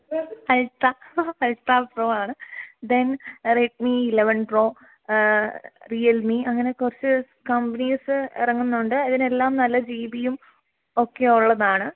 അൽത്ത ultra pro ആണ് then Redmi eleven pro Realme അങ്ങനെ കുറച്ച് കമ്പനീസ് ഇറങ്ങുന്നുണ്ട് അതിനെല്ലാം നല്ല ജി ബിയും ഒക്കെ ഉള്ളതാണ്